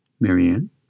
Marianne